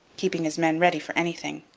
keeping his men ready for anything.